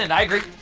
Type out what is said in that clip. and i agree.